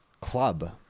club